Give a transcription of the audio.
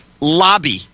lobby